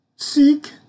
Seek